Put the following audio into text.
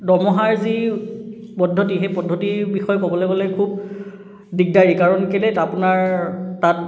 দৰমহাৰ যি পদ্ধতি সেই পদ্ধতিৰ বিষয়ে ক'বলৈ গ'লে খুব দিগদাৰি কাৰণ কেলে আপোনাৰ তাত